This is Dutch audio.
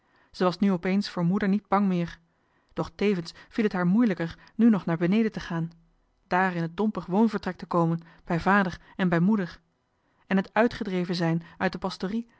zij was nu opeens voor moeder niet bang meer doch tevens viel het haar moeilijker nu nog naar beneden te gaan daar in het dompig woonvertrek te komen bij vader en bij moeder en het uitgedreven zijn uit de pastorie